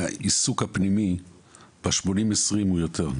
העיסוק הפנימי ב-80/20 הוא יותר.